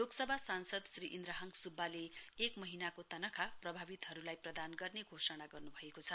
लोकसभा सांसद श्री इन्द्रहाङ स्ब्बाले एक महीनाको तनखा प्रभावितहरूलाई प्रदान गर्ने घोषणा गरिसक्न्भएको छ